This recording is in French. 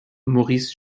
maurice